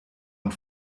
und